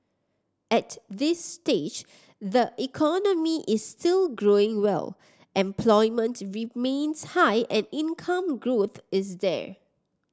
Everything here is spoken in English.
at this stage the economy is still growing well employment remains high and income growth is there